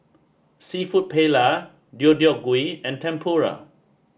Seafood Paella Deodeok Gui and Tempura